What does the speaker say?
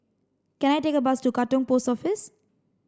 can I take a bus to Katong Post Office